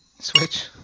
Switch